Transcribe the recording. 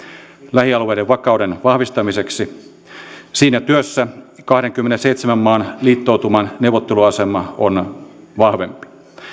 lähialueiden vakauden vahvistamiseksi siinä työssä kahdenkymmenenseitsemän maan liittoutuman neuvotteluasema on vahvempi